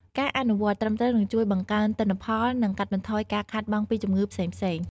ការអនុវត្តន៍ត្រឹមត្រូវនឹងជួយបង្កើនទិន្នផល និងកាត់បន្ថយការខាតបង់ពីជំងឺផ្សេងៗ។